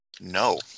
no